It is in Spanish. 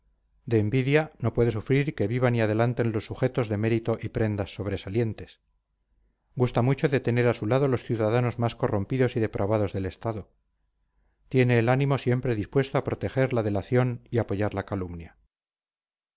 de envidia no puede sufrir que vivan y adelanten los sujetos de mérito y prendas sobresalientes gusta mucho de tener a su lado los ciudadanos más corrompidos y depravados del estado tiene el ánimo siempre dispuesto a proteger la delación y apoyar la calumnia